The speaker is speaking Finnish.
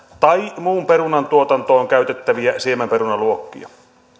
tai muun perunan tuotantoon käytettäviä siemenperunaluokkia